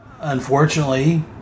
unfortunately